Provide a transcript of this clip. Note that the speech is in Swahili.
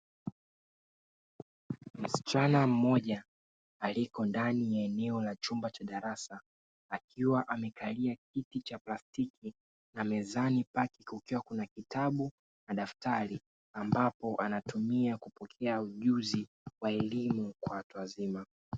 Msichana mmoja aliyeko ndani ya eneo la chumba cha darasa. Akiwa amekalia kiti cha plastiki na mezani pake kukiwa na kitabu na daftari ambapo anatumia kupokea ujuzi wa elimu ya watu wazima.